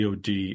DOD